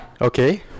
okay